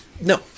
No